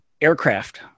Aircraft